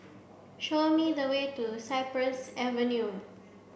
show me the way to Cypress Avenue